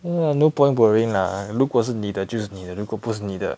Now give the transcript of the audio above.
ya no point borrowing lah 如果是你的就是你的如果不是你的